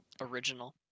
original